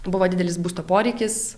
buvo didelis būsto poreikis